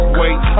wait